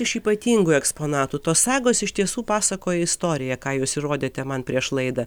iš ypatingų eksponatų tos sagos iš tiesų pasakoja istoriją ką jūs įrodėte man prieš laidą